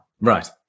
Right